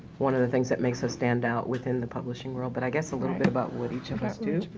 one of the things that makes us stand out within the publishing world. but i guess a little bit about what each of us do?